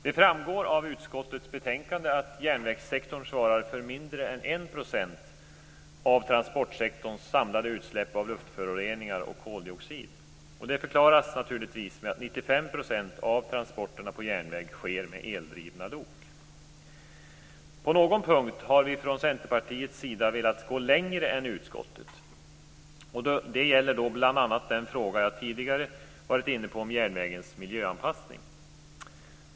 Det framgår av utskottets betänkande att järnvägssektorn svarar för mindre än 1 % av transportsektorns samlade utsläpp av luftföroreningar och koldioxid. Förklaringen är naturligtvis att 95 % av transporterna på järnväg sker med eldrivna lok. På någon punkt har vi från Centerpartiets sida velat gå längre än utskottet. Det gäller bl.a. den fråga jag tidigare har varit inne på om järnvägens miljöanpassning.